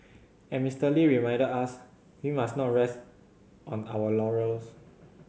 as Mister Lee reminded us we must not rest on our laurels